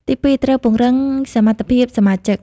ទីពីរ ត្រូវ ពង្រឹងសមត្ថភាពសមាជិក។